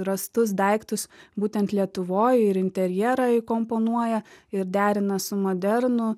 rastus daiktus būtent lietuvoj ir interjerą įkomponuoja ir derina su modernu